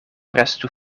restu